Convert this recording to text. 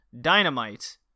Dynamite